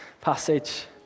passage